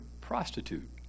prostitute